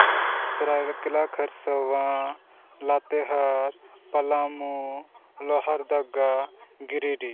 Seraikela Kharsawan Latehar Palamu Lohardaga Giridih